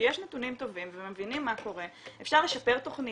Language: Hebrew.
כשיש נתונים טובים ומבינים מה קורה אפשר לשפר תכנית,